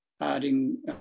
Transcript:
adding